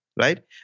Right